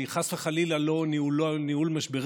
חס וחלילה, היא לא ניהול משברים